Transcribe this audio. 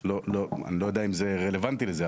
אני לא יודע אם זה רלוונטי לזה,